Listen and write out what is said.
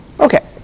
Okay